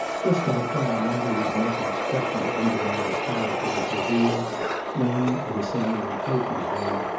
just how far natalie's methods threatened to undermine his character was revealed when, at a sound in clayton's room,